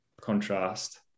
contrast